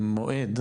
מועד,